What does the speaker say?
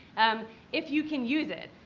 um if you can use it.